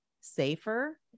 safer